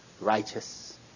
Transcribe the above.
righteous